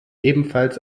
ebenfalls